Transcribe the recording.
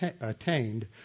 attained